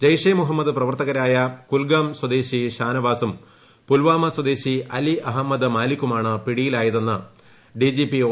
ജെയ്ഷെ മുഹൃമ്മദ് പ്രവർത്തകരായ കുൽഗാം സ്വദേശി ഷാനവാസും പുൽവാമ സ്വദേശി അലി അഹമ്മദ് മാലിക്കുമാണ് പിടിയിലായതെന്ന് ഡ്വി ജീപി ഒ